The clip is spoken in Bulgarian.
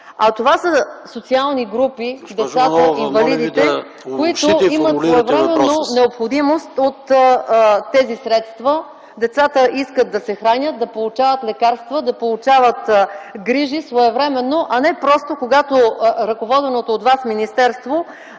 Става въпрос за децата и инвалидите, които имат необходимост от тези средства. Децата искат да се хранят, да получават лекарства, да получават грижи своевременно, а не когато ръководеното от Вас министерство